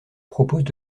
proposent